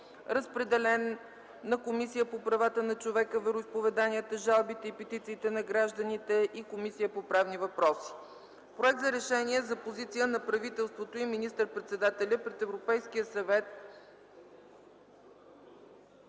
Разпределен на Комисията по правата на човека, вероизповеданията, жалбите и петициите на гражданите и Комисията по правни въпроси; - Проект за решение за позиция на правителството и министър-председателя пред Европейския съвет